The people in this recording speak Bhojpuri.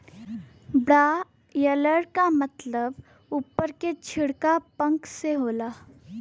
ब्रायलर क मतलब उप्पर के छिलका पांख से होला